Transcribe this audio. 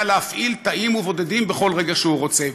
להפעיל תאים ובודדים בכל רגע שהוא רוצה.